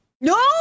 No